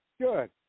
Good